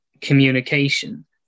communication